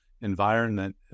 Environment